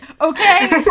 okay